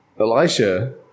Elisha